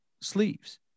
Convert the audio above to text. sleeves